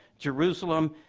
jerusalem,